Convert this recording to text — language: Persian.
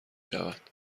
شود